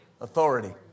Authority